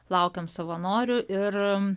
laukiam savanorių ir